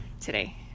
today